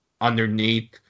underneath